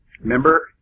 Remember